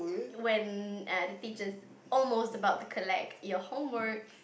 when hm the teacher's almost about to collect your homework